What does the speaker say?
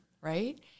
right